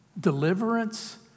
Deliverance